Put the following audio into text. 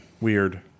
weird